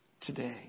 Today